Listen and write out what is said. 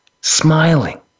smiling